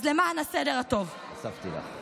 אז למען הסדר הטוב, הוספתי לך.